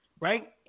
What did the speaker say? right